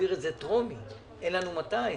להעביר את זה בקריאה טרומית ואין לנו מתי.